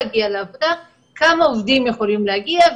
להגיע לעבודה: כמה עובדים יכולים להגיע?